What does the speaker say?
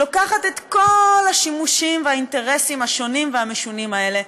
לוקחת את כל השימושים והאינטרסים השונים והמשונים האלה,